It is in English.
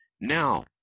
Now